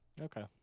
Okay